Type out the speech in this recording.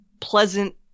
pleasant